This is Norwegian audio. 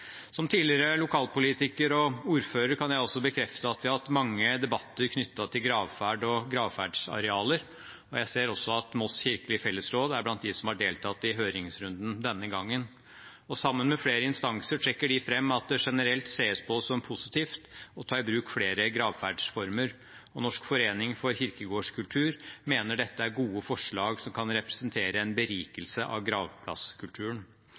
Som tidligere lokalpolitiker og ordfører kan jeg bekrefte at vi har hatt mange debatter knyttet til gravferd og gravferdsarealer, og jeg ser også at Moss kirkelige fellesråd er blant dem som har deltatt i høringsrunden denne gangen. Sammen med flere instanser trekker de fram at det generelt ses på som positivt å ta i bruk flere gravferdsformer. Norsk forening for gravplasskultur mener dette er gode forslag som kan representere en berikelse av